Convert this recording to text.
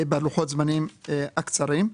בלוחות הזמנים הקצרים.